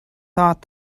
thought